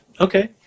Okay